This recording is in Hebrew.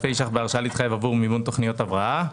אלפי שקלים בהרשאה להתחייב עבור מימון תכניות הבראה.